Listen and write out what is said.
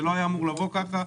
זה לא היה אמור לבוא כך.